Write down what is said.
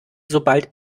sobald